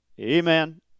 Amen